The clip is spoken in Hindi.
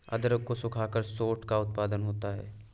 अदरक को सुखाकर सोंठ का उत्पादन होता है